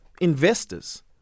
investors